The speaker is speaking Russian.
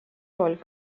роль